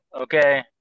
Okay